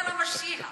יאללה משינה,